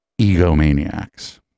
egomaniacs